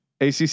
ACC